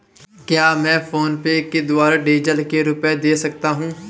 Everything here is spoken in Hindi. क्या मैं फोनपे के द्वारा डीज़ल के रुपए दे सकता हूं?